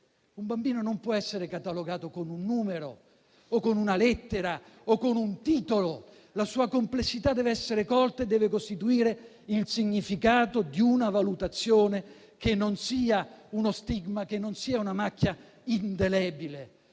Un bambino non può essere catalogato con un numero, con una lettera o con un titolo. La sua complessità deve essere colta e deve costituire il significato di una valutazione che non sia uno stigma, che non sia una macchia indelebile.